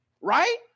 Right